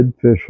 fish